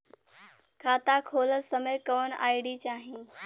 खाता खोलत समय कौन आई.डी चाही?